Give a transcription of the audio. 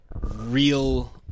real